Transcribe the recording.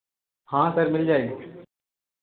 हाँ सर मिल जाएगी